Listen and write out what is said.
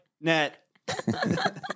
net